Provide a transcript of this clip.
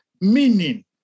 meaning